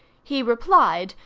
he replied,